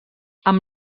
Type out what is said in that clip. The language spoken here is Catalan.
amb